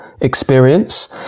experience